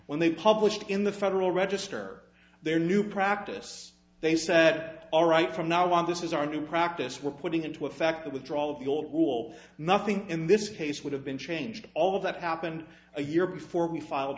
when they published it in the federal register their new practice they said all right from now on this is our new practice we're putting into effect the withdrawal of your rule nothing in this case would have been changed all of that happened a year before we filed